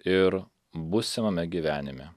ir būsimame gyvenime